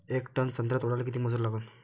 येक टन संत्रे तोडाले किती मजूर लागन?